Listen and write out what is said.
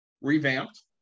revamped